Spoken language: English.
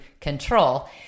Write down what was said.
control